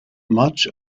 much